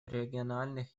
региональных